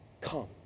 Come